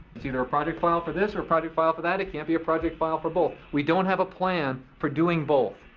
you know a project file for this or project file for that, it can't be a project file for both. we don't have a plan for doing both.